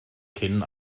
cyn